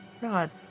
God